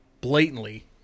blatantly